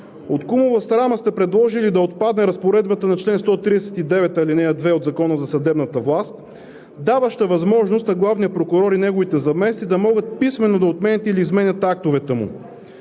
От кумова срама сте предложили да отпадне разпоредбата на чл. 139, ал. 2 от Закона за съдебната власт, даваща възможност на главния прокурор и неговите заместници да могат писмено да отменят или изменят актовете му.